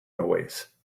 noise